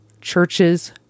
churches